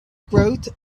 growth